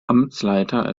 amtsleiter